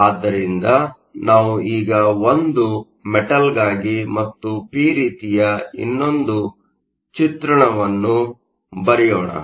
ಆದ್ದರಿಂದ ನಾವು ಈಗ ಒಂದು ಮೆಟಲ್Metalಗಾಗಿ ಮತ್ತು ಪಿ ರೀತಿಯ ಇನ್ನೊಂದು ಚಿತ್ರವನ್ನು ಬರೆಯೋಣ